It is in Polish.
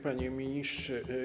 Panie Ministrze!